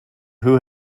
who